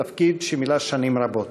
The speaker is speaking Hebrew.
תפקיד שמילא שנים רבות.